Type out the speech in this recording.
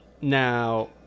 now